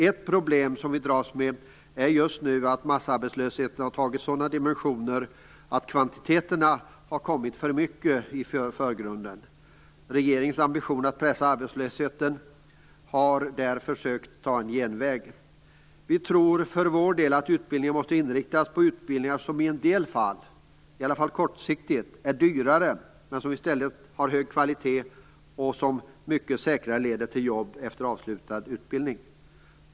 Ett problem som vi dras med just nu är att massarbetslösheten har antagit sådana dimensioner att kvantiteterna har kommit för mycket i förgrunden. Regeringens ambition att pressa arbetslösheten är ett försök att ta en genväg. För vår del tror vi att utbildningen måste inriktas på utbildningar som i en del fall - kortsiktigt - är dyrare, men som i stället har hög kvalitet och som mycket säkrare leder till ett jobb efter avslutad utbildning.